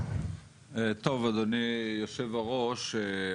אדוני יושב-הראש,